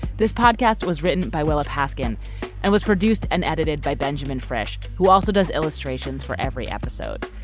this podcast was written by willa paskin and was produced and edited by benjamin fresh who also does illustrations for every episode.